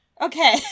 Okay